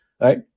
Right